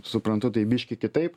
suprantu tai biškį kitaip